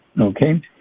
Okay